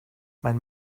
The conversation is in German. mein